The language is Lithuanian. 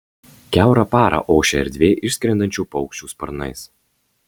kiaurą parą ošia erdvė išskrendančių paukščių sparnais